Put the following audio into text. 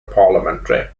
parliamentary